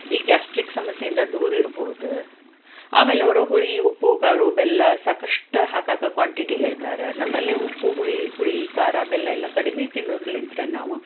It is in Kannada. ಈ ಗ್ಯಾಸ್ಟ್ರಿಕ್ ಸಮಸ್ಯೆಯಿಂದ ದೂರ ಇರಬಹುದು ಆಮೇಲೆ ಅವರು ಹುಳಿ ಉಪ್ಪು ಖಾರ ಬೆಲ್ಲ ಸಾಕಷ್ಟು ಹಾಕಕ್ಕೆ ಕ್ವಾಂಟಿಟಿ ಹೇಳ್ತಾರೆ ನಮ್ಮಲ್ಲಿ ಉಪ್ಪು ಹುಳಿ ಹುಳಿ ಖಾರ ಬೆಲ್ಲ ಎಲ್ಲ ಕಡಿಮೆ ತಿನ್ನೋದ್ಳಿಂತ್ರ್ ನಾವು